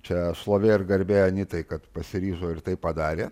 čia šlovė ir garbė anytai kad pasiryžo ir tai padarė